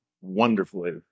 wonderfully